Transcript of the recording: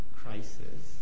crisis